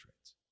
rates